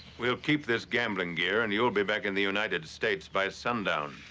we'll keep this gambling gear and you'll be back in the united states by sundown.